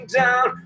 down